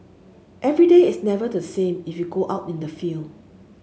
every day is never the same if you go out in the field